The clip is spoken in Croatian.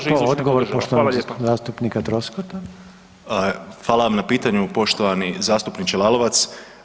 Hvala vam na pitanju, poštovani zastupniče Lalovac.